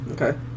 okay